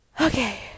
okay